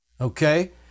Okay